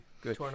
good